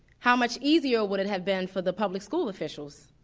how much easier would it have been for the public school officials?